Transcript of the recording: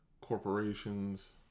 corporations